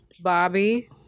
Bobby